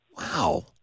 Wow